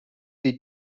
the